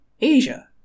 Asia